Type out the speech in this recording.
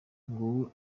nguwo